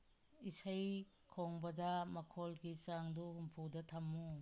ꯏꯁꯩ ꯈꯣꯡꯕꯗ ꯃꯈꯣꯜꯒꯤ ꯆꯥꯡꯗꯨ ꯍꯨꯝꯐꯨꯗ ꯊꯝꯃꯨ